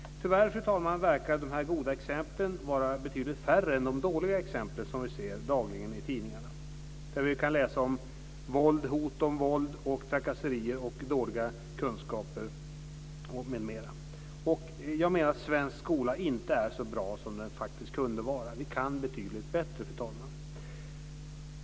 Tyvärr, fru talman, verkar de goda exemplen vara betydligt färre än de dåliga exempel vi dagligen ser i tidningarna. Vi kan läsa om våld, hot om våld, trakasserier och dåliga kunskaper. Jag menar att svensk skola inte är så bra som den kunde vara. Vi kan betydligt bättre.